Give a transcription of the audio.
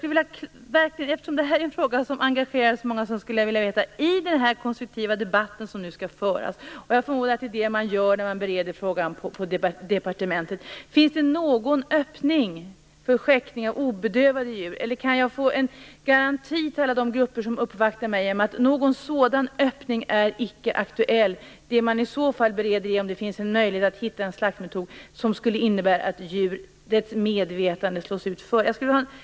Eftersom det här är en fråga som engagerar så många skulle jag vilja veta: Finns det i den konstruktiva debatt som nu skall föras - jag förmodar att det är det man gör när man bereder frågan på departementet - någon öppning för skäktning av obedövade djur, eller kan jag få en garanti för alla de grupper som uppvaktar mig om att någon sådan öppning icke är aktuell? Det man i så fall bereder är om det finns någon möjlighet att hitta en slaktmetod som skulle innebära att djurets medvetande slås ut först.